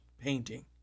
painting